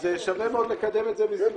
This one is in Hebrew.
אז שווה מאוד לקדם את זה במהירות.